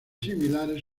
similares